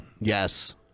Yes